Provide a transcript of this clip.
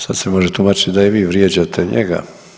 Sad se može tumačit da i vi vrijeđate njega.